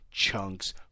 chunks